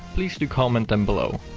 please do comment them below!